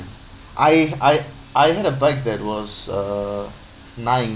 I I I had a bike that was uh nine